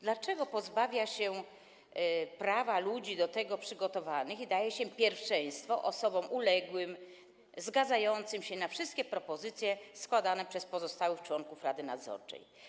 Dlaczego pozbawia się tego prawa ludzi do tego przygotowanych i daje się pierwszeństwo osobom uległym, zgadzającym się na wszystkie propozycje składane przez pozostałych członków rady nadzorczej?